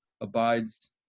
abides